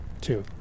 two